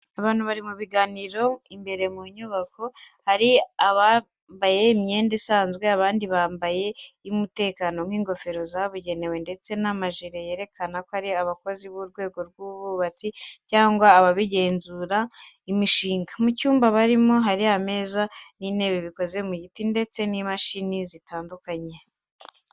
Abantu bari mu biganiro imbere mu nyubako. Hari abambaye imyenda isanzwe, abandi bambaye iy’umutekano nk’ingofero zabugenewe ndetse n’amajire yerekana ko ari abakozi b’urwego rw’ubwubatsi cyangwa abagenzura imishinga. Mu cyumba barimo hari ameza n'intebe bikoze mu giti ndetse n'imashini zitandukanye.